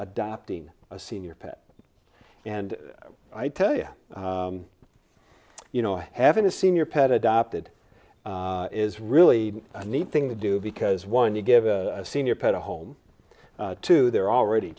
adopting a senior pet and i tell you you know having a senior pet adopted is really a neat thing to do because once you give a senior pet a home to their already